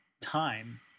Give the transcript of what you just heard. time